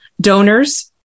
donors